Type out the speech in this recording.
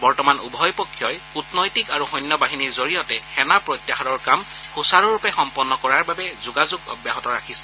বৰ্তমান উভয় পক্ষই কূটনৈতিক আৰু সৈন্যবাহিনীৰ জৰিয়তে সেনা প্ৰত্যাহাৰৰ কাম সুচাৰুৰূপে সম্পন্ন কৰাৰ বাবে যোগাযোগ অব্যাহত ৰাখিছে